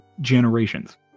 generations